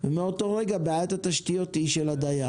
ומאותו רגע בעיית התשתיות היא של הדייר.